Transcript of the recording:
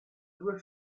due